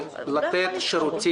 כי אז אני לוקח את הסל לתרופות,